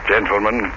Gentlemen